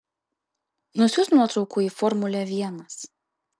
nusiųsk nuotraukų į formulę vienas